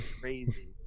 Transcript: Crazy